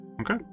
Okay